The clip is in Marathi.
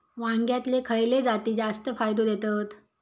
वांग्यातले खयले जाती जास्त फायदो देतत?